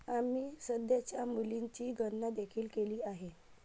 आम्ही सध्याच्या मूल्याची गणना देखील केली आहे